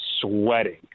sweating